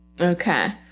Okay